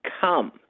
come